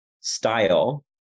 style